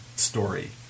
story